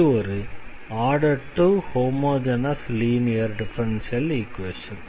இது ஒரு order 2 homogeneous linear differential equation